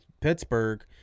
Pittsburgh